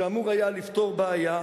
שאמור היה לפתור בעיה.